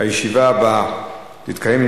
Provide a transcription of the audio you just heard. הישיבה הבאה תתקיים,